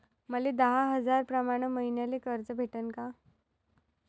मले दहा हजार प्रमाण मईन्याले कर्ज भेटन का?